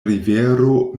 rivero